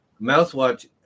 Mousewatch